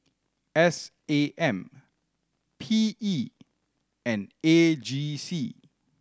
S A M P E and A G C